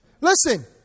Listen